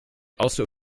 also